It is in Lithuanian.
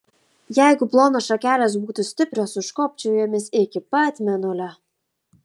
jeigu plonos šakelės būtų stiprios užkopčiau jomis iki pat mėnulio